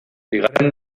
bigarren